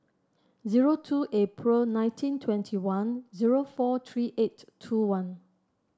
zero two April nineteen twenty one zero four three eight two one